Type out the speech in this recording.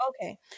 Okay